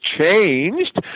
changed